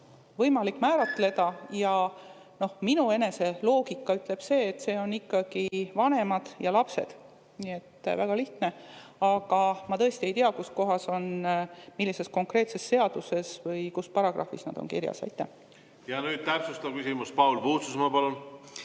võimalik määratleda, ja minu enese loogika ütleb seda, et need on ikkagi vanemad ja lapsed. Väga lihtne. Aga ma tõesti ei tea, kus kohas, millises konkreetses seaduses või kus paragrahvis see kirjas on. Nüüd täpsustav küsimus. Paul Puustusmaa, palun!